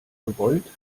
gewollt